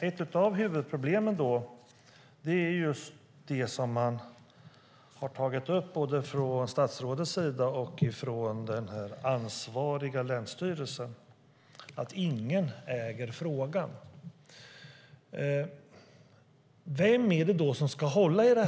Ett av huvudproblemen är det som tagits upp från både statsrådets och den ansvariga länsstyrelsens sida, nämligen att ingen äger frågan. Vem ska hålla i den?